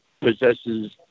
possesses